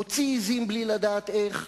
מוציא עזים בלי לדעת איך,